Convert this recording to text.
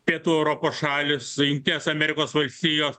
pietų europos šalys jungtinės amerikos valstijos